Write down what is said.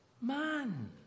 man